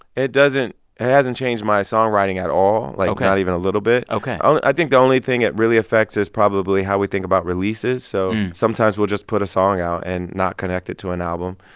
it doesn't it hasn't changed my songwriting at all like ok like, not even a little bit ok i think the only thing it really affects is probably how we think about releases. so sometimes we'll just put a song out and not connect it to an album,